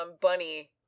bunny